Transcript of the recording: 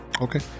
Okay